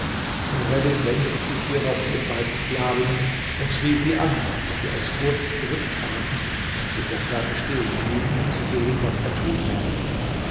nureddin wendete sich hierauf zu den beiden sklavinnen und schrie sie an daß sie aus furcht zurücktraten und in der ferne stehen blieben um zu sehen was er tun werde